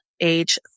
age